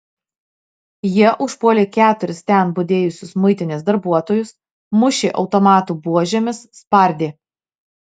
jie užpuolė keturis ten budėjusius muitinės darbuotojus mušė automatų buožėmis spardė